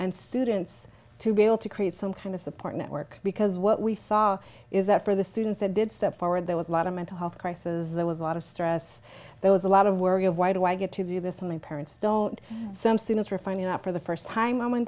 and students to be able to create some kind of support network because what we saw is that for the students that did step forward there was a lot of mental health crisis there was a lot of stress there was a lot of worry of why do i get to do this and my parents don't some soon as we're finding out for the first time